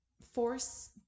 force